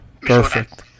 perfect